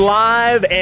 live